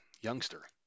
youngster